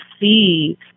see